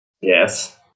Yes